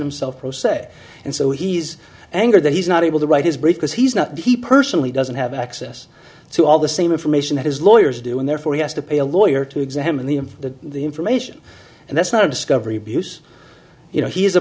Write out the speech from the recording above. himself pro se and so he's angered that he's not able to write his brief because he's not he personally doesn't have access to all the same information that his lawyers do and therefore he has to pay a lawyer to examine the him that the information and that's not a discovery abuse you know he is a